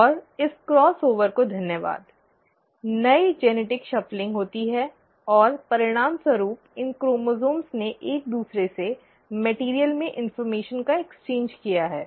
और इस crossing over को धन्यवाद नए आनुवंशिक फेरबदल होती है और परिणामस्वरूप इन क्रोमोसोम्स ने एक दूसरे से सामग्री में जानकारी का आदान प्रदान किया है